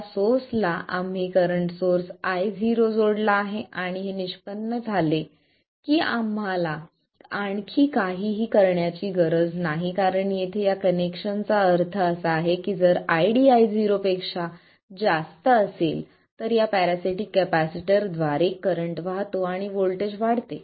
त्या सोर्सला आम्ही करंट सोर्स Io जोडला आहे आणि हे निष्पन्न झाले की आम्हाला आणखी काहीही करण्याची गरज नाही कारण येथे या कनेक्शनचा अर्थ असा आहे की जर ID हा Io पेक्षा जास्त असेल तर या पॅरासिटीक कॅपेसिटर द्वारे करंट वाहतो आणि व्होल्टेज वाढते